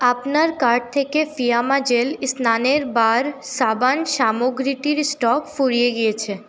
আপনার কার্ট থেকে Fiama gel স্নানের বার সাবান সামগ্রীটির স্টক ফুরিয়ে গিয়েছে